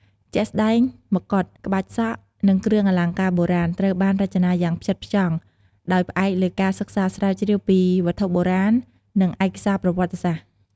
ជាក់ស្តែង មកុដ ក្បាច់សក់ និង គ្រឿងអលង្ការបុរាណ ត្រូវបាន រចនាយ៉ាងផ្ចិតផ្ចង់ ដោយផ្អែកលើការសិក្សាស្រាវជ្រាវពីវត្ថុបុរាណ និងឯកសារប្រវត្តិសាស្ត្រ។